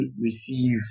receive